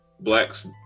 Blacks